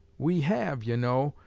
we have, you know,